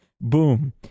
Boom